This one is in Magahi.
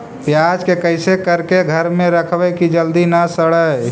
प्याज के कैसे करके घर में रखबै कि जल्दी न सड़ै?